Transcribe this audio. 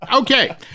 Okay